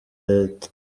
leta